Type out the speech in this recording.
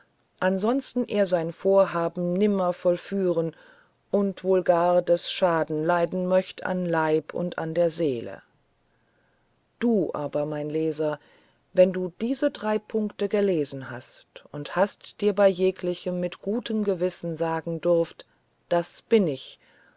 ansonst er sein vorhaben nimmer vollführen oder wohl gar deß schaden leiden möcht am leib und an der seele du aber mein leser wenn du diese drei punkt gelesen hast und hast dir bei jeglichem mit gutem gewissen sagen durfft das bin ich